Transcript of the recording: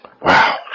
Wow